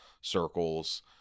circles